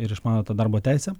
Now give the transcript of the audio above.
ir išmano tą darbo teisę